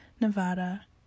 Nevada